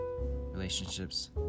relationships